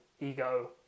ego